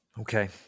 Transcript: Okay